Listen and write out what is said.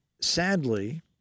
sadly